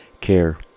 care